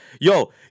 Yo